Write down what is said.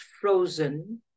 frozen